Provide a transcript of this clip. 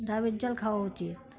ডাবের জল খাওয়া উচিত